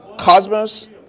Cosmos